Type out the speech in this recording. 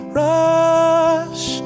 rush